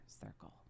circle